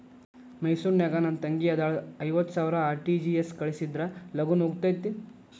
ಮೈಸೂರ್ ನಾಗ ನನ್ ತಂಗಿ ಅದಾಳ ಐವತ್ ಸಾವಿರ ಆರ್.ಟಿ.ಜಿ.ಎಸ್ ಕಳ್ಸಿದ್ರಾ ಲಗೂನ ಹೋಗತೈತ?